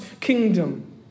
kingdom